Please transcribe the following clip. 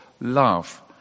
love